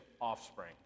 offspring